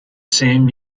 same